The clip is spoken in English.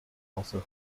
also